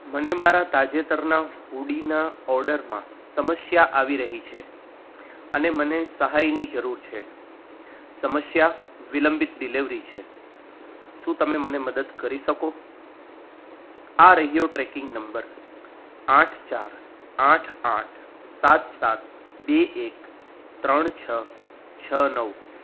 મને મારા તાજેતરના હુડીના ઓર્ડરમાં સમસ્યા આવી રહી છે અને મને સહાયની જરૂર છે સમસ્યા વિલંબિત ડિલેવરી છે શું તમે મને મદદ કરી શકો આ રહ્યો ટ્રેકિંગ નંબર આઠ ચાર આઠ આઠ સાત સાત બે એક ત્રણ છ છ નવ